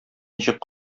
ничек